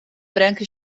branca